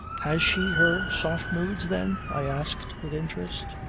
has she her soft moods, then? i asked with interest.